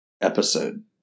episode